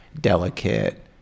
delicate